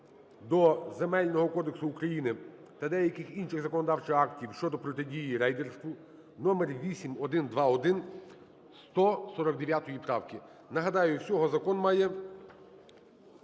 до Земельного кодексу України та деяких інших законодавчих актів щодо протидії рейдерству (№ 8121) з 149 правки. Нагадаю, всього закон має